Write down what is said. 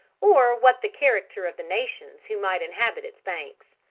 or what the character of the nations who might inhabit its banks.